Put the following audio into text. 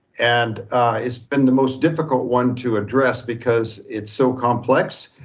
and it's been the most difficult one to address because it's so complex,